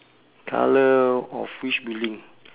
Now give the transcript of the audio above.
colour of which building